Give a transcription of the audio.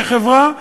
כחברה,